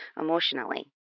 emotionally